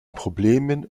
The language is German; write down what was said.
problemen